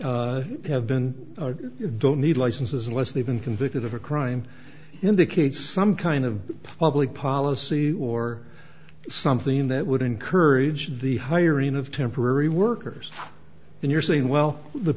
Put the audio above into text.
the have been don't need licenses unless they've been convicted of a crime indicates some kind of public policy or something that would encourage the hiring of temporary workers and you're saying well the